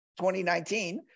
2019